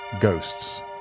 Ghosts